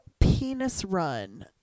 penis-run